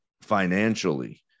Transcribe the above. financially